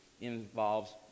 involves